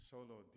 Solo